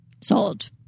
sold